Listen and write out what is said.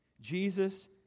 Jesus